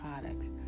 products